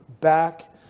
back